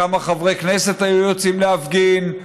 כמה חברי כנסת היו יוצאים להפגין?